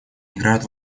играют